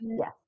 Yes